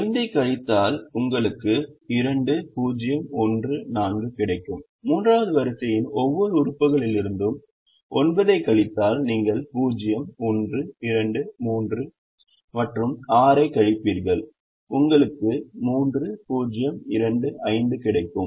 5 ஐக் கழித்தால் உங்களுக்கு 2 0 1 4 கிடைக்கும் 3 வது வரிசையின் ஒவ்வொரு உறுப்புகளிலிருந்தும் 9 ஐக் கழித்தால் நீங்கள் 0 1 2 3 மற்றும் 6 ஐக் கழிப்பீர்கள் உங்களுக்கு 3 0 2 5 கிடைக்கும்